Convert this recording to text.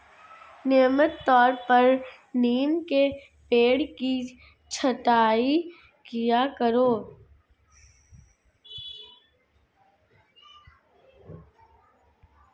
नियमित तौर पर नीम के पेड़ की छटाई किया करो